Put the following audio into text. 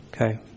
okay